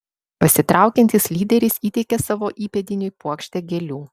pasitraukiantis lyderis įteikė savo įpėdiniui puokštę gėlių